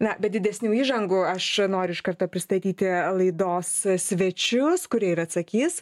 na be didesnių įžangų aš noriu iš karto pristatyti laidos svečius kurie ir atsakys